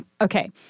Okay